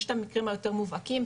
יש את המקרים היותר מובהקים,